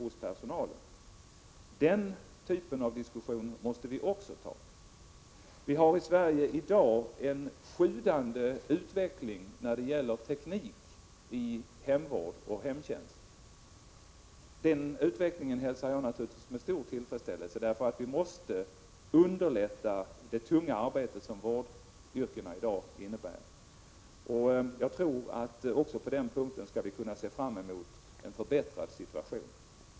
Också den typen av diskussion måste vi föra. I Sverige har vi i dag en sjudande utveckling när det gäller teknik i hemvård och hemtjänst. Den utvecklingen hälsar jag naturligtvis med stor tillfredsställelse, eftersom vi måste underlätta det tunga arbete som vårdyrkena innebär. Jag tror att vi även på den punkten skall kunna se fram emot en förbättrad situation.